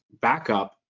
backup